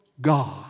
God